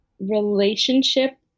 relationship